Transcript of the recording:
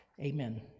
Amen